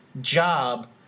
job